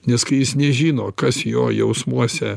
nes kai jis nežino kas jo jausmuose